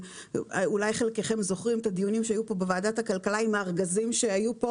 אולי חלקכם זוכרים את הדיונים שהיו פה בוועדת הכלכלה עם הארגזים שהיו פה